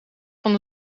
van